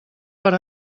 per